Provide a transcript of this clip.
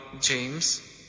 James